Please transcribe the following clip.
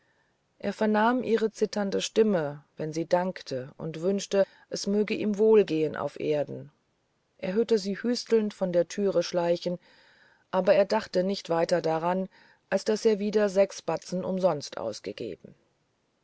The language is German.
er vernahm ihre zitternde stimme wenn sie dankte und wünschte es möge ihm wohlgehen auf erden er hörte sie hüstelnd von der türe schleichen aber er dachte weiter nicht mehr daran als daß er wieder sechs batzen umsonst ausgegeben